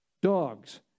Dogs